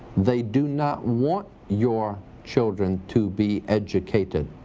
they do not want your children to be educated.